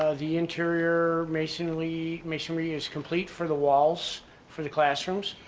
ah the interior masonry masonry is complete for the walls for the classrooms.